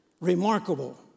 remarkable